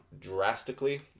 drastically